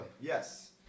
Yes